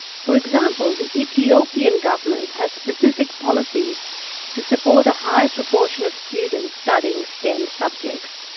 for example, the ethiopian government has specific policies to support a high proportion of students study stem subjects,